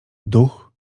duch